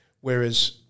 Whereas